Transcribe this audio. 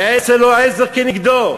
יעשה לו עזר כנגדו.